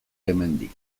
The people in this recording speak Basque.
hemendik